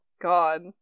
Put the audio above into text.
God